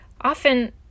Often